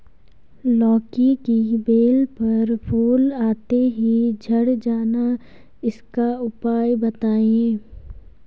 लौकी की बेल पर फूल आते ही झड़ जाना इसका उपाय बताएं?